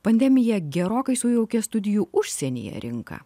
pandemija gerokai sujaukė studijų užsienyje rinką